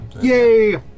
Yay